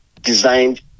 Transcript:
designed